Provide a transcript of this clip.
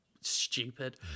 stupid